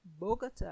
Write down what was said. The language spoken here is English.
Bogota